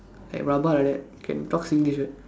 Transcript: like rabak like that can talk Singlish what